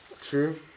True